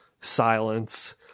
silence